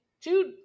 dude